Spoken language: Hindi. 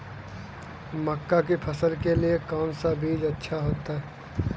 मक्का की फसल के लिए कौन सा बीज अच्छा होता है?